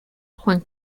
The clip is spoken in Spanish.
juan